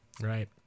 right